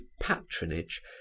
patronage